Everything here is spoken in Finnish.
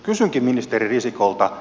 kysynkin ministeri risikolta